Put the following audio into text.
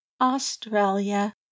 australia